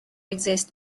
exist